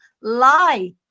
lie